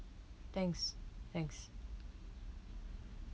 thanks thanks